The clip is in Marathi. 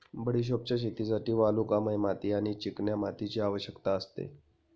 बडिशोपच्या शेतीसाठी वालुकामय माती आणि चिकन्या मातीची आवश्यकता असते